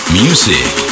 music